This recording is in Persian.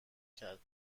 کرد